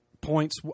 points